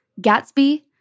Gatsby